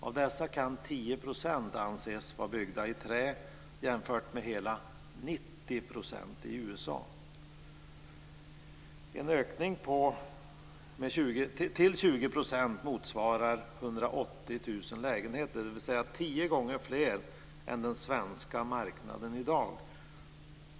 Av dessa kan 10 % anses vara byggda i trä jämfört med hela 90 % i USA. En ökning till 20 % motsvarar 180 000 lägenheter, dvs. tio gånger fler än den svenska marknaden i dag.